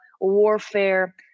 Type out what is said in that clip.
Warfare